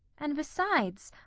and besides,